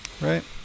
right